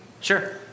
Sure